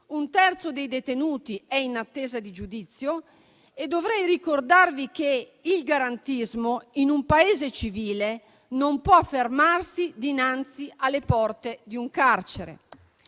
Un terzo dei detenuti è in attesa di giudizio e dovrei anche ricordarvi che il garantismo in un Paese civile non può fermarsi dinanzi alle porte di un carcere.